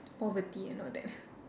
poverty and all that